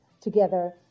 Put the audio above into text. together